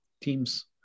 team's